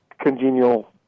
congenial